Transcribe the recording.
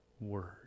word